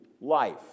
life